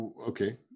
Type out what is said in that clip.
okay